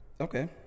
Okay